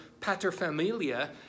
paterfamilia